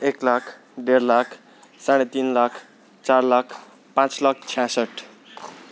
एक लाख ढेड लाख साँढे तिन लाख चार लाख पाँच लाख छ्यासठ